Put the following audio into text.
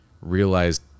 Realized